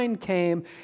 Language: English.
came